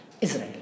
Israel